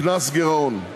(קנס גירעון);